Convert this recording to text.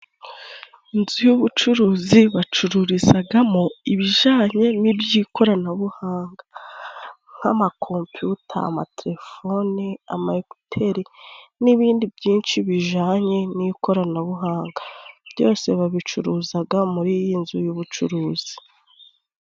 Inzu y'ubucuruzi bacururizagamo ibijanye n'iby'ikoranabuhanga nk'amakompiyuta, amatelefoni, amayekuteri n'ibindi byinshi bijanye n'ikoranabuhanga, byose babicuruzaga muri iyi nzu y'ubucuruzi.